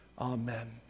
Amen